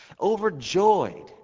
overjoyed